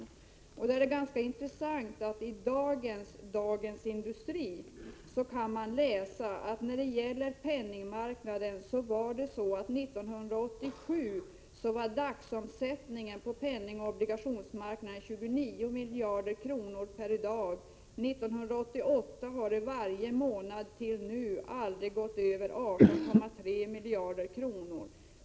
I det här sammanhanget är det ganska intressant att i den Dagens Industri som kom ut i dag kan man läsa att dagsomsättningen på penningmarknaden 1987 var 29 miljarder kronor; under 1988 fram till i dag har omsättningen aldrig överstigit 18,3 miljarder kronor.